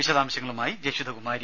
വിശദാശംങ്ങളുമായി Jashitha Kumari